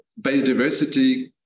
biodiversity